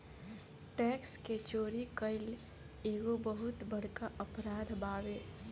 tax के चोरी कईल एगो बहुत बड़का अपराध बावे